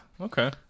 Okay